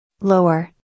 Lower